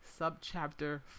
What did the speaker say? Subchapter